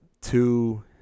Two